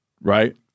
right